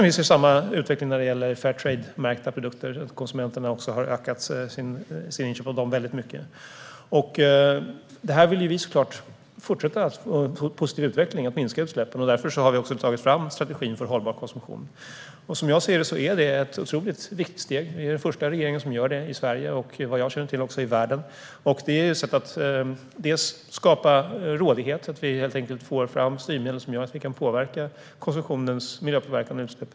Vi ser samma utveckling när det gäller Fairtrade-märkta produkter: Konsumenterna har ökat sina inköp av dem väldigt mycket. Vi vill såklart att denna positiva utveckling med minskade utsläpp ska fortsätta, och därför har vi tagit fram strategin för hållbar konsumtion. Som jag ser det är det ett otroligt viktigt steg. Vi är den första regeringen som gör det, i Sverige och, vad jag känner till, också i världen. Det är ett sätt att skapa rådighet så att vi helt enkelt får fram styrmedel som gör att vi kan påverka konsumtionens miljöpåverkan och utsläpp.